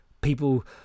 people